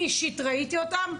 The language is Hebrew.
אני אישית ראיתי אותם.